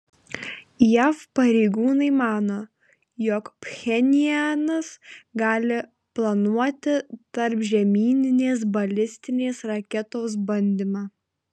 jav pareigūnai mano jog pchenjanas gali planuoti tarpžemyninės balistinės raketos bandymą